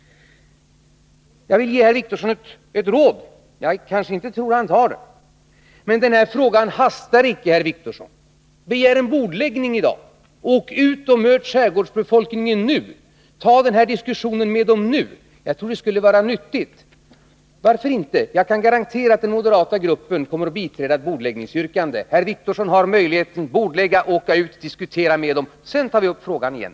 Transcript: Jag vill ge herr Wictorsson ett råd — även om jag inte tror att han följer det — men den här frågan hastar icke. Begär en bordläggning i dag! Åk ut och möt skärgårdsbefolkningen nu! Ta upp den här diskussionen med människorna i skärgården nu! Jag tror att det skulle vara nyttigt. Varför inte? Jag kan garantera att den moderata gruppen kommer att biträda ett sådant bordläggningsyrkande. Herr Wictorsson har således möjlighet att bordlägga frågan, att åka ut till skärgården och att diskutera med befolkningen där. Sedan tar vi upp frågan igen.